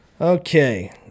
Okay